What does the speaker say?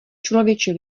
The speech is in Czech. člověče